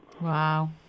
Wow